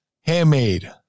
handmade